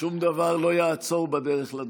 שום דבר לא יעצור בדרך לדוכן.